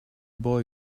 boy